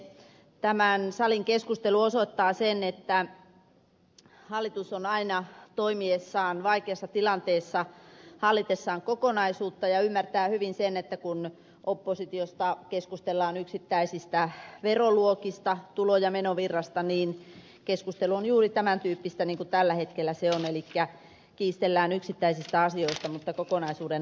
tämän salin keskustelu osoittaa sen että hallitus aina toimiessaan vaikeassa tilanteessa hallitsee kokonaisuuden mutta ymmärtää hyvin sen että kun oppositiosta keskustellaan yksittäisistä veroluokista tulo ja menovirrasta niin keskustelu on juuri tämän tyyppistä niin kuin tällä hetkellä se on elikkä kiistellään yksittäisistä asioista mutta kokonaisuuden hallinta on hankalaa